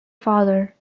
father